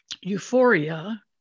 euphoria